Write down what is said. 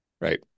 Right